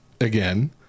again